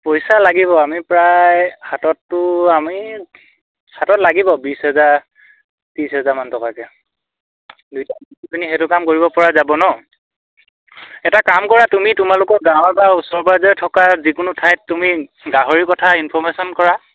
পইচা লাগিব আমি প্ৰায় হাতততো আমি হাতত লাগিব বিছ হেজাৰ ত্ৰিছ হেজাৰমান টকাকৈ দুইটা সেইটো কাম কৰিব পৰা যাব নহ্ এটা কাম কৰা তুমি তোমালোকৰ গাঁৱৰ বা ওচৰ পাঁজৰে থকা যিকোনো ঠাইত তুমি গাহৰি কথা ইনফমেশ্যন কৰা